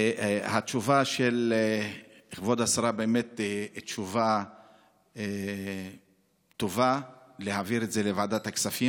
התשובה של כבוד השרה באמת תשובה טובה: להעביר את זה לוועדת הכספים.